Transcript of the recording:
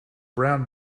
brown